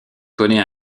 connait